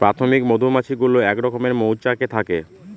প্রাথমিক মধুমাছি গুলো এক রকমের মৌচাকে থাকে